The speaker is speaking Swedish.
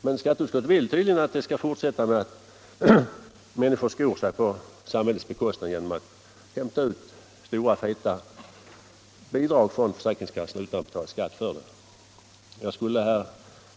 Men skatteutskottet vill tydligen att det skall få fortsätta att människor skor sig på samhällets bekostnad genom att hämta ut feta bidrag från försäkringskassan utan att betala Nr 38 skatt för dem. Tisdagen den Herr talman!